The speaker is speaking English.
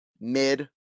mid